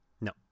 No